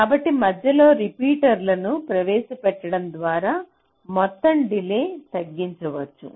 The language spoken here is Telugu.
కాబట్టి మధ్యలో రిపీటర్లను ప్రవేశపెట్టడం ద్వారా మొత్తం డిలే న్ని తగ్గించవచ్చు